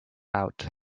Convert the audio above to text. out